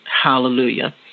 Hallelujah